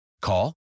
Call